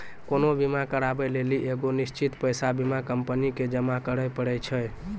कोनो बीमा कराबै लेली एगो निश्चित पैसा बीमा कंपनी के जमा करै पड़ै छै